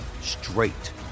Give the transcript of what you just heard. straight